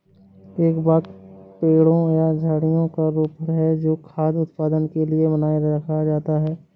एक बाग पेड़ों या झाड़ियों का रोपण है जो खाद्य उत्पादन के लिए बनाए रखा जाता है